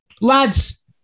lads